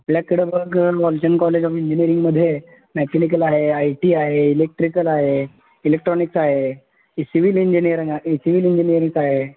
आपल्याकडे बघ college of इंजिनिअरिंगमध्ये मॅकेनिकल आहे आय टी आहे इलेक्ट्रिकल आहे इलेक्ट्रॉनिक्स आहे इ सीव्हील इंजिनिअरंगा इ सीव्हील इंजिनिअरिंग काय